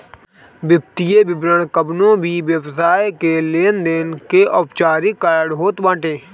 वित्तीय विवरण कवनो भी व्यवसाय के लेनदेन के औपचारिक रिकार्ड होत बाटे